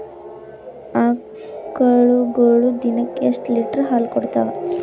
ಆಕಳುಗೊಳು ದಿನಕ್ಕ ಎಷ್ಟ ಲೀಟರ್ ಹಾಲ ಕುಡತಾವ?